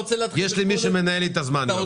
יש לי מי שמנהל לי את הזמן גם.